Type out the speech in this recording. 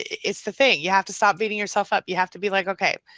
it's the thing, you have to stop beating yourself up, you have to be like okay,